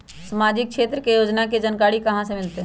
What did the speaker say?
सामाजिक क्षेत्र के योजना के जानकारी कहाँ से मिलतै?